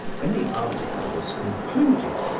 when the article was concluded,